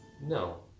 No